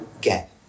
get